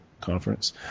conference